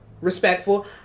Respectful